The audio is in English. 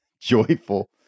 joyful